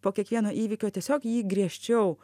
po kiekvieno įvykio tiesiog jį griežčiau